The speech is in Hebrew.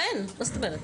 לו?